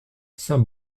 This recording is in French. saint